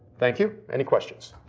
thank you. any questions?